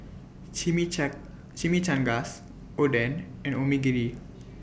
Chimichangas Oden and Onigiri